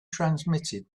transmitted